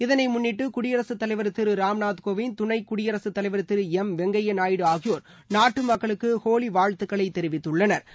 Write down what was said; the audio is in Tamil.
இதனை முன்னிட்டு குடியரசுத் தலைவர் திரு ராம்நாத் கோவிந்த் துணைக் குடியரசுத் தலைவர் திரு வெங்கையா நாயுடு ஆகியோா் நாட்டு மக்களுக்கு ஹோலி வாழ்த்துகளை தெரிவித்துள்ளனா்